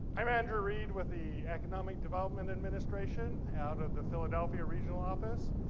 i'm andrew reid with the economic development administration out of the philadelphia regional office.